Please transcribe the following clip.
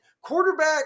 quarterback